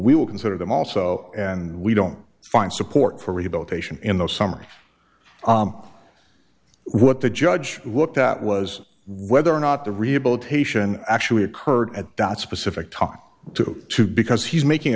we will consider them also and we don't find support for rehabilitation in the summary what the judge looked at was whether or not the rehabilitation actually occurred at dot specific talk to two because he's making